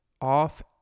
off